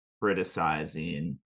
criticizing